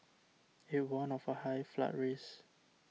it warned of a high flood risk